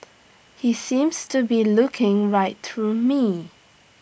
he seems to be looking right through me